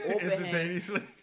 Instantaneously